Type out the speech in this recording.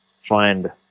find